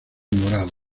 morado